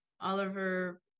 Oliver